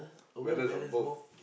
matters of both